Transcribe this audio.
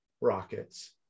Rockets